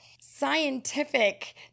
scientific